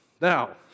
Now